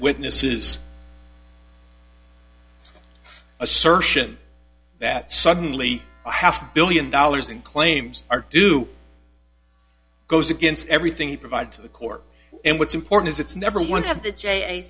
witnesses assertion that suddenly a half a billion dollars in claims are due goes against everything you provide to the court and what's important is it's never once have the